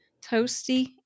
toasty